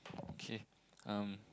okay um